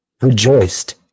rejoiced